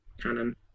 canon